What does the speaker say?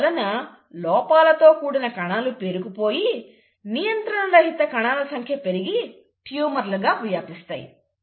దీనివలన లోపాలతో కూడిన కణాలు పేరుకుపోయి నియంత్రణరహిత కణాల సంఖ్య పెరిగి ట్యూమర్లు గా వ్యాపిస్తాయి